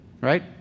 Right